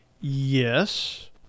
Yes